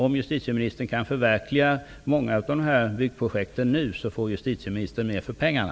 Om justitieministern kan förverkliga många av dessa byggprojekt nu får justitieministern mer för pengarna.